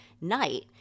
night